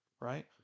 right